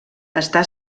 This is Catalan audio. està